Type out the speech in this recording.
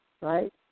right